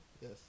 Yes